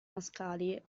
mascali